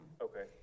Okay